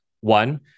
one